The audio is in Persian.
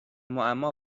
معما